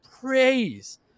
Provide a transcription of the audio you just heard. praise